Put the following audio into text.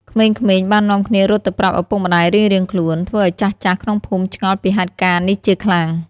ក្មេងៗបាននាំគ្នារត់ទៅប្រាប់ឪពុកម្ដាយរៀងៗខ្លួន ធ្វើឲ្យចាស់ៗក្នុងភូមិឆ្ងល់ពីហេតុការណ៍នេះជាខ្លាំង។